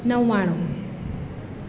નવ્વાણું